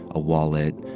a wallet,